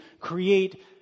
create